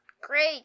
great